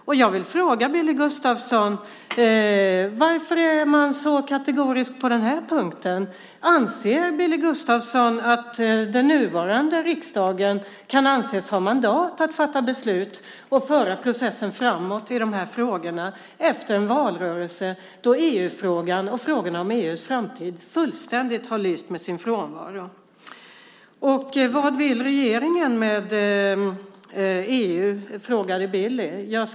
Jag vill fråga Billy Gustafsson: Varför är man så kategorisk på den här punkten? Anser Billy Gustafsson att den nuvarande riksdagen kan anses ha mandat att fatta beslut och föra processen framåt i de här frågorna efter en valrörelse då EU-frågan och frågan om EU:s framtid fullständigt lyste med sin frånvaro? Vad vill regeringen med EU, frågade Billy.